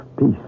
peace